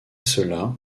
cela